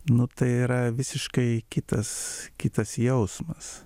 nu tai yra visiškai kitas kitas jausmas